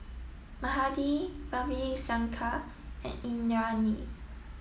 mahade Ravi Shankar and Indranee